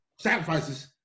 sacrifices